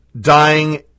dying